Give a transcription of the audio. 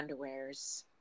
underwears